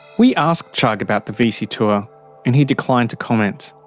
we asked chugg about the vissi tour and he declined to comment.